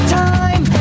time